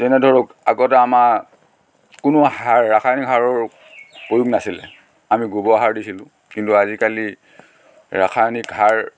যেনে ধৰক আগতে আমাৰ কোনো সাৰ ৰাসায়নিক সাৰৰ প্ৰয়োগ নাছিলে আমি গোবৰ সাৰ দিছিলোঁ কিন্তু আজিকালি ৰাসায়নিক সাৰ